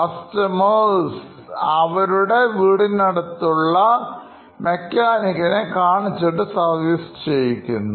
customer അവരുടെ വീടിനടുത്തുള്ള Mechanic നെ കാണിച്ചിട്ട് സർവീസ് ചെയ്യിക്കുന്നു